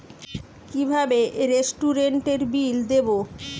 কিভাবে রেস্টুরেন্টের বিল দেবো?